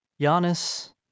Giannis